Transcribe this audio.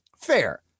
fair